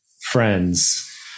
friends